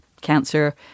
cancer